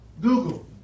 Google